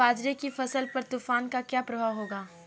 बाजरे की फसल पर तूफान का क्या प्रभाव होगा?